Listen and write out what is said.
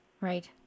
right